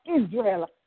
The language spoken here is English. Israel